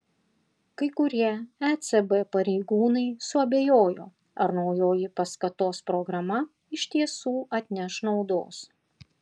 kai kurie ecb pareigūnai suabejojo ar naujoji paskatos programa iš tiesų atneš naudos